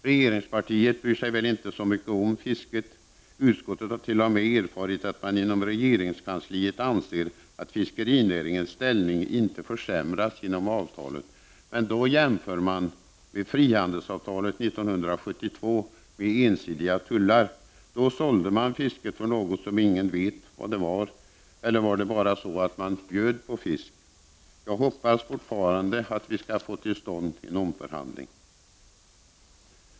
Regeringspartiet bryr sig väl inte så mycket om fisket. Utskottet har t.o.m. erfarit att man inom regeringskansliet anser att fiskerinäringens ställning inte har försämrats genom avtalet. Man jämför då med frihandelsavtalet 1972 med ensidiga tullar. Då sålde man fisk för en summa som ingen kände till, eller också bjöd man på fisk. Jag hoppas fortfarande att vi skall kunna få till stånd en omförhandling.